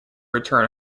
return